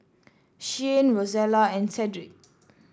Shyanne Rosella and Sedrick